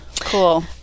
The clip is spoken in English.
cool